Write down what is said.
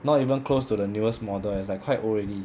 not even close to the newest model it's like quite old already